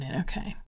okay